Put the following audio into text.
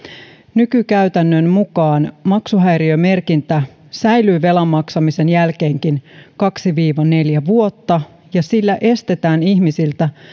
nykykäytännön mukaan maksuhäiriömerkintä säilyy velan maksamisen jälkeenkin kaksi viiva neljä vuotta ja sillä estetään ihmisiltä